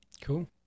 cool